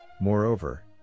Moreover